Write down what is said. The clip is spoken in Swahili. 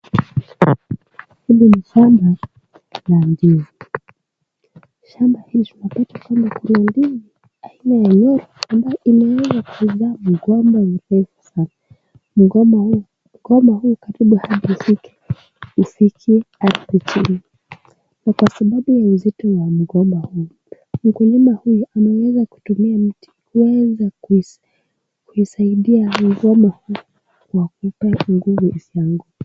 Mimi nimesema nani huyu? Shamba hili limepatwa kama kulia ndimi aina ya nywele ambayo imeweza kuathiri kwamba urefu sana. Mgoma huu, mgoma huu karibu hauzike usikie ardhi chini. Na kwa sababu ya uzito wa mgoma huu, mkulima huyu ameweza kutumia mti kuweza kuisaidia mgoma huu wa kupewa nguvu zangu.